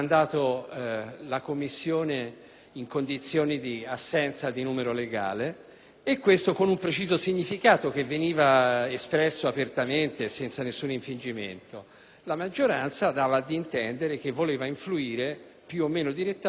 legale, con un preciso significato, espresso apertamente senza alcun infingimento: la maggioranza ha dato a intendere che voleva influire, più o meno direttamente, sulla nomina del Presidente che deve essere - per